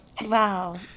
Wow